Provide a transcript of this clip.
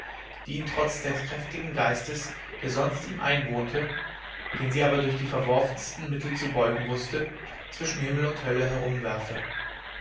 die ihn trotz des kräftigen geistes der sonst ihm einwohnte den sie aber durch die verworfensten mittel zu beugen wußte zwischen himmel und hölle herumwerfe